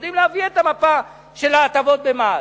עומדים להביא את המפה של ההטבות במס.